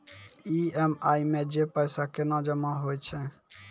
EMI मे जे पैसा केना जमा होय छै?